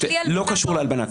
לא קשור להלבנת הון.